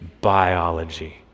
biology